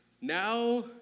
now